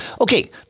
Okay